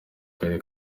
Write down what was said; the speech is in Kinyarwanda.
kari